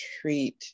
treat